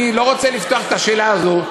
לא רוצה לפתוח את השאלה הזאת.